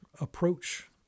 approach